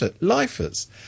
lifers